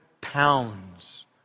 pounds